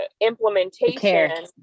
implementation